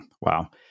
Wow